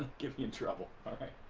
give you trouble, okay?